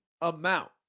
amount